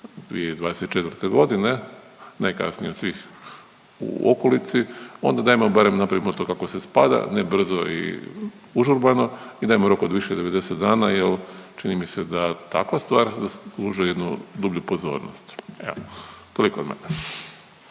2024. godine, najkasnije od svih u okolici, onda dajmo barem napravimo to kako se spada, ne brzo i užurbano i dajmo rok od više od 90 dana jel čini mi se da takva stvar zaslužuje jednu dublju pozornost. Evo toliko od mene.